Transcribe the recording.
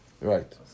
Right